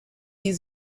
die